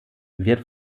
wird